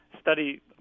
study